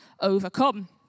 overcome